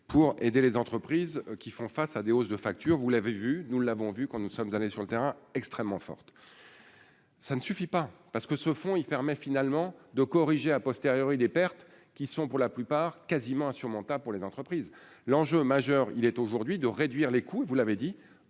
pour aider les entreprises qui font face à des hausses de facture, vous l'avez vu, nous l'avons vu quand nous sommes allés sur le terrain extrêmement forte. ça ne suffit pas parce que ce fonds, il permet finalement de corriger, a posteriori des pertes qui sont pour la plupart quasiment insurmontable pour les entreprises, l'enjeu majeur, il est aujourd'hui de réduire les coûts, vous l'avez dit,